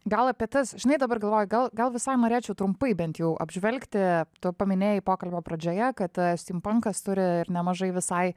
gal apie tas žinai dabar galvoju gal gal visai norėčiau trumpai bent jau apžvelgti tu paminėjai pokalbio pradžioje kad stimpankas turi ir nemažai visai